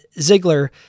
Ziegler